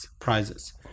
prizes